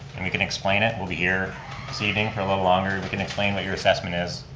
and we can explain it. we'll be here this evening for a little longer. we can explain what your assessment is.